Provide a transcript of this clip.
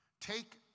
Take